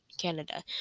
Canada